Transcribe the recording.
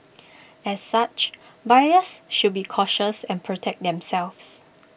as such buyers should be cautious and protect themselves